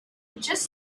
just